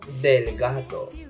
delgado